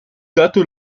date